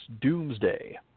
Doomsday